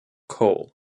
coal